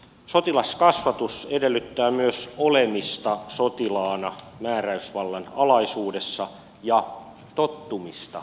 sotilaskasvatus edellyttää myös olemista sotilaana määräysvallan alaisuudessa ja tottumista siihen